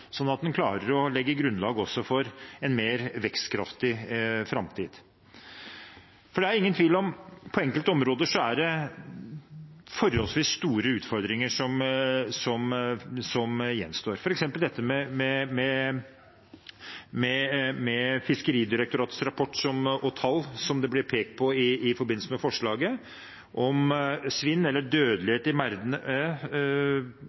sånn at en også klarer å legge grunnlag for en mer vekstkraftig framtid. For det er ingen tvil om at på enkelte områder er det forholdsvis store utfordringer som gjenstår, f.eks. dette med Fiskeridirektoratets rapport og tall, som det ble pekt på i forbindelse med forslaget, om svinn eller